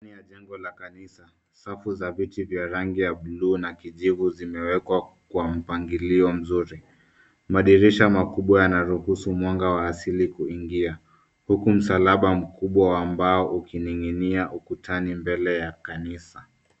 Ndani ya jengo la kanisa. Safu za viti vya rangi ya blue na kijivu zimewekwa kwa mpangilio mzuri. Madirisha makubwa yanaruhusu mwanga wa asili kuingia, huku msalaba mkubwa wa mbao ukinining'inia ukutani mbele ya kanisa.